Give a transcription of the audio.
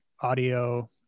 audio